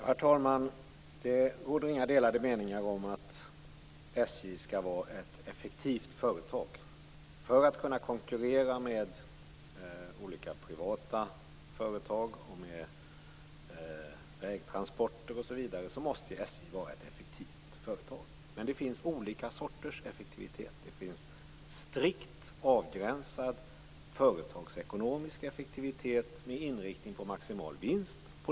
Herr talman! Det råder inga delade meningar om att SJ skall vara ett effektivt företag för att kunna konkurrera med olika privata företag, vägtransporter osv. Men det finns olika sorters effektivitet. Det finns strikt avgränsad företagsekonomisk effektivitet med inriktning på maximal vinst.